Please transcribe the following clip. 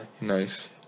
nice